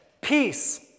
Peace